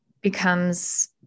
becomes